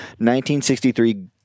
1963